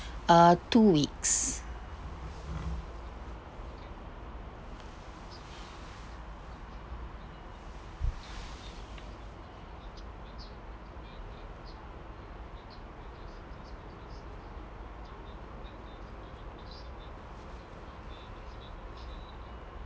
err two weeks